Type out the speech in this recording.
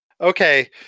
okay